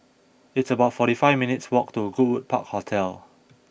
It's about forty five minutes' walk to Goodwood Park Hotel